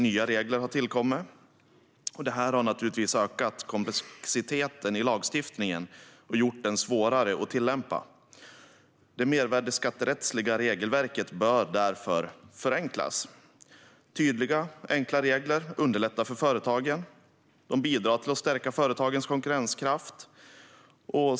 Nya regler har tillkommit, och det har naturligtvis ökat komplexiteten i lagstiftningen och gjort den svårare att tillämpa. Det mervärdesskatterättsliga regelverket bör därför förenklas. Tydliga och enkla regler underlättar för företagen, och de bidrar till att stärka företagens konkurrenskraft.